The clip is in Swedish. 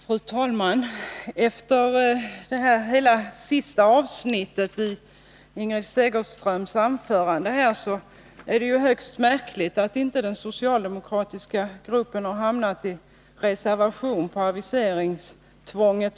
Fru talman! Med tanke på det sista avsnittet i Ingrid Segerströms anförande tycker jag att det är högst märkligt att inte den socialdemokratiska gruppen har reserverat sig till förmån för aviseringstvång.